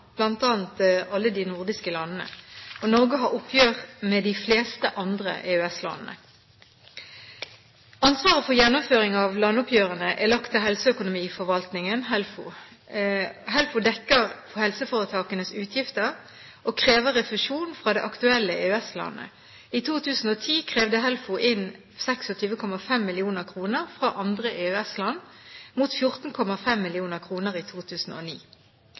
alle de nordiske landene. Norge har oppgjør med de fleste andre EØS-landene. Ansvaret for gjennomføring av landoppgjørene er lagt til Helseøkonomiforvaltningen, HELFO. HELFO dekker helseforetakenes utgifter og krever refusjon fra det aktuelle EØS-landet. I 2010 krevde HELFO inn 26,5 mill. kr fra andre EØS-land, mot 14,5 mill. kr i 2009.